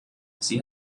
sie